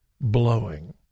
blowing